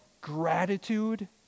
Gratitude